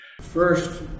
First